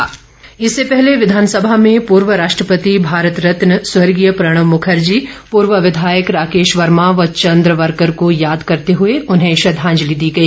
शोकोदगार इससे पहले विधानसभा में पूर्व राष्ट्रपति भारत रत्न स्वर्गीय प्रणब मुखर्जी पूर्व विधायक राकेश वर्मा व चंद्रवर्कर को याद करते हुए उन्हें श्रद्वांजलि दी गई